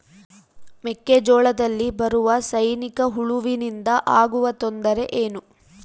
ಮೆಕ್ಕೆಜೋಳದಲ್ಲಿ ಬರುವ ಸೈನಿಕಹುಳುವಿನಿಂದ ಆಗುವ ತೊಂದರೆ ಏನು?